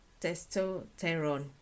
testosterone